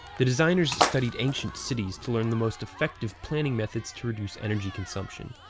the designers studied ancient cities to learn the most effective planning methods to reduce energy consumption.